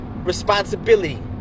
Responsibility